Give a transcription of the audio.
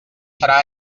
serà